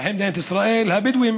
בעיקר בנגב, אזרחי מדינת ישראל, הבדואים